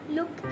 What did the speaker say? Look